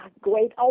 great